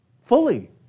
fully